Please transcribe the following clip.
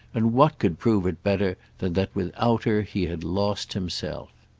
and what could prove it better than that without her he had lost himself?